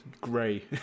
gray